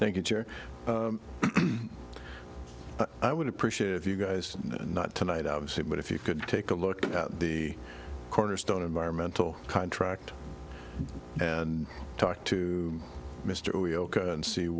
thank you i would appreciate if you guys not tonight obviously but if you could take a look at the cornerstone environmental contract and talk to mr or yoko and see